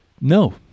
no